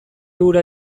hura